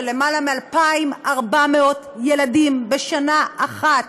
יותר מ-2,400 ילדים בשנה אחת